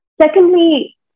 Secondly